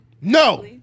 No